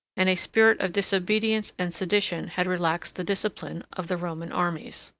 and a spirit of disobedience and sedition had relaxed the discipline, of the roman armies.